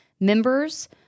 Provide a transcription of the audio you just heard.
members